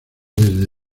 desde